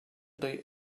they